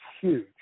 huge